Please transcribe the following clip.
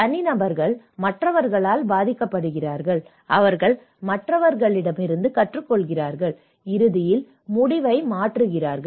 தனிநபர்கள் மற்றவர்களால் பாதிக்கப்படுகிறார்கள் அவர்கள் மற்றவர்களிடமிருந்து கற்றுக்கொள்கிறார்கள் இறுதியில் முடிவை மாற்றுகிறார்கள்